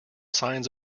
signs